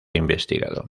investigado